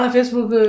Facebook